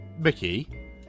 Mickey